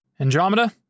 Andromeda